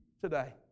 today